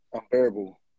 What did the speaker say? Unbearable